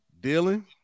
Dylan